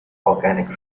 organic